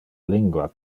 lingua